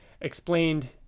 explained